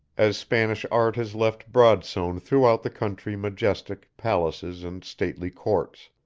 as spanish art has left broadsown throughout the country majestic palaces and stately courts,